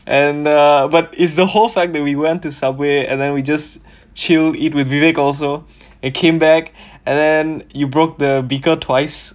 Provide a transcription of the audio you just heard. and uh but is the whole fact that we went to subway and then we just chill eat with vivic also and came back and then you broke the beaker twice